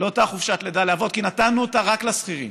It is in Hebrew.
לאותה חופשת לידה לאבות, כי נתנו אותה רק לשכירים.